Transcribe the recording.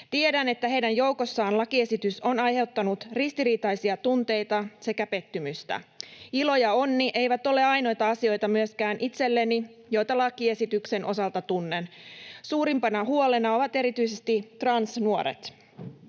Tiedän, että heidän joukossaan lakiesitys on aiheuttanut ristiriitaisia tunteita sekä pettymystä. Ilo ja onni eivät ole myöskään itselleni ainoita asioita, joita lakiesityksen osalta tunnen. Suurimpana huolena ovat erityisesti transnuoret.